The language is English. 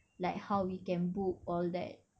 like how we can book all that